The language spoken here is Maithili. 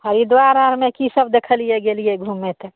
हरिद्वार आरमे की सब देखलियै गेलियै घूमे लए तऽ